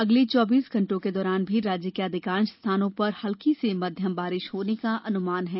अगले चौबीस घंटों के दौरान भी राज्य के अधिकांश स्थानों पर हल्की से मध्यम बारिश होने का अनुमान है